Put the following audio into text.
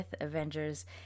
Avengers